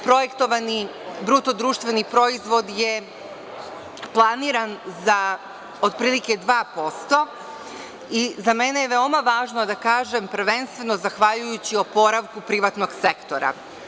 Projektovani BDP je planiran za otprilike 2%, a za mene je veoma važno da kažem - prvenstveno zahvaljujući oporavku privatnog sektora.